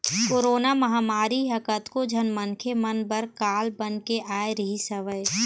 corona महामारी ह कतको झन मनखे मन बर काल बन के आय रिहिस हवय